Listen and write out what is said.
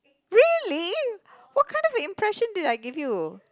really what kind of impression did I give you